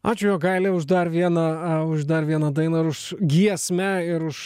ačiū jogaile už dar vieną už dar vieną dainą ir už giesmę ir už